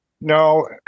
No